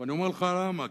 ואני אומר לך למה.